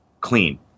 clean